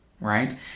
right